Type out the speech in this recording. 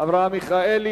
אברהם מיכאלי.